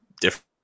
different